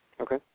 Okay